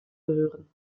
gehören